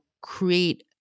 create